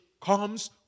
comes